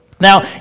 Now